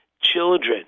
children